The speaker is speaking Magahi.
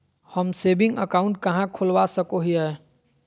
हम सेविंग अकाउंट कहाँ खोलवा सको हियै?